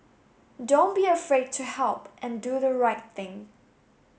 don't be afraid to help and do the right thing